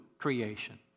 creation